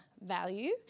value